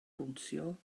bownsio